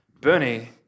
Bernie